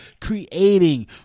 Creating